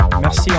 Merci